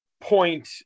point